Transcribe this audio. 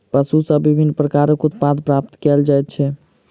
पशु सॅ विभिन्न प्रकारक उत्पाद प्राप्त कयल जाइत छै